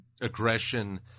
aggression